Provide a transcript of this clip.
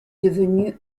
devenu